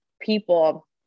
people